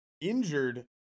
injured